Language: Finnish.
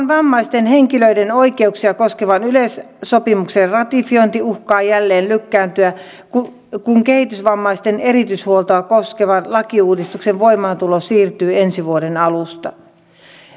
vammaisten henkilöiden oikeuksia koskevan yleissopimuksen ratifiointi uhkaa jälleen lykkääntyä kun kun kehitysvammaisten erityishuoltoa koskevan lakiuudistuksen voimaantulo siirtyy ensi vuoden alusta